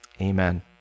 Amen